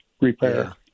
repair